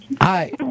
Hi